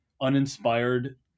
uninspired